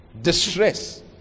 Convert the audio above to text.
distress